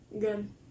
good